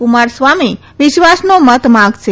કુમાર સ્વામી વિશ્વાસનો મત માગશે